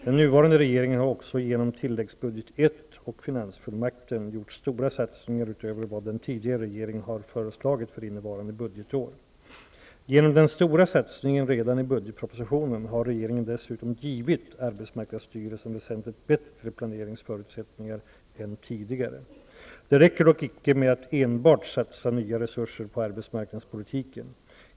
Den nuvarande regeringen har också genom tilläggsbudget I och finansfullmakten gjort stora satsningar utöver vad den tidigare regeringen har föreslagit för innevarande budgetår. Genom den stora satsningen redan i budgetpropositionen har regeringen dessutom givit arbetsmarknadsstyrelsen väsentligt bättre planeringsförutsättningar än tidigare. Det räcker dock inte med att enbart satsa nya resurser på arbetsmarknadspolitiken.